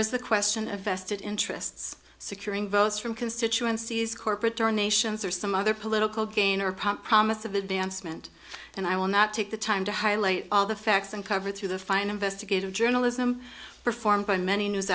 is the question of vested interests securing votes from constituencies corporate donations or some other political gain or pump promise of advancement and i will not take the time to highlight all the facts uncovered through the fine investigative journalism performed by many news